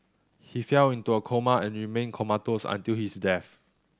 he fell into a coma and remained comatose until his death